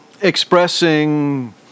Expressing